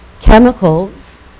chemicals